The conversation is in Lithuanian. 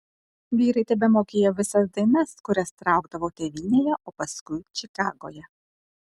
vyrai tebemokėjo visas dainas kurias traukdavo tėvynėje o paskui čikagoje